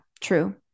true